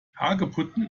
hagebutten